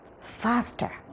faster